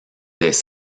des